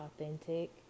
authentic